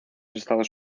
estados